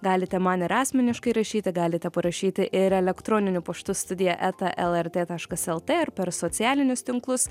galite man ir asmeniškai rašyti galite parašyti ir elektroniniu paštu studija eta lrt taškas lt ar per socialinius tinklus